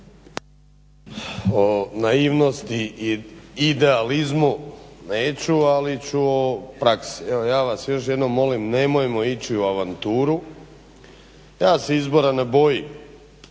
O naivnosti i idealizmu neću, ali ću o praksi. Evo ja vas još jednom molim nemojmo ići u avanturu, ja se izbora ne bojim,